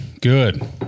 Good